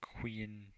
Queen